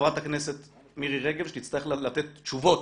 חברת הכנסת מירי רגב תצטרך לתת תשובות